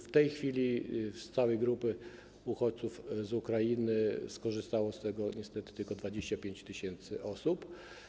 W tej chwili z całej grupy uchodźców z Ukrainy skorzystało z tego niestety tylko 25 tys. osób.